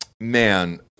man